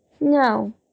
No